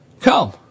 Come